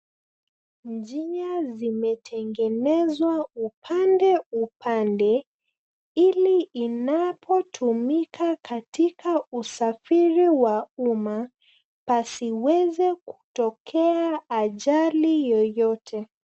Njia zimetengenezwa upande upande, ili inapotumika katika usafiri wa umma, pasiweze kutokea ajali yoyote.